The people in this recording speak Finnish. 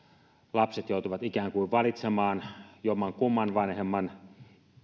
lapset joutuvat ikään kuin valitsemaan jommankumman vanhemman